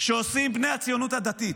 שעושים בני הציונות הדתית,